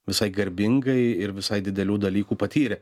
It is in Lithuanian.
visai garbingai ir visai didelių dalykų patyrė